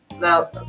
Now